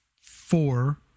four